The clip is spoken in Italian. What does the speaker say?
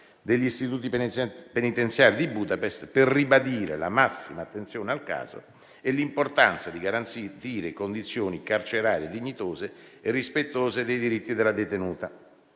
degli istituti penitenziari di Budapest per ribadire la massima attenzione al caso e l'importanza di garantire condizioni carcerarie dignitose e rispettose dei diritti della detenuta.